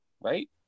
right